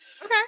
Okay